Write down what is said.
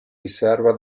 riserva